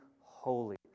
holy